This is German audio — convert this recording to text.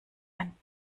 ein